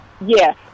Yes